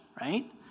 right